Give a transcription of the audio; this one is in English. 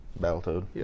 Battletoad